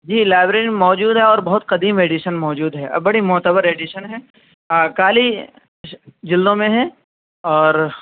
جی library میں موجود ہے اور بہت قدیم ایڈیشن موجود ہے اب بڑی معتبر ایڈیشن ہے کالی جلدوں میں ہے اور